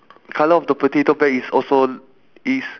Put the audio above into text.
colour of the potato bag is also is